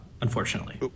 unfortunately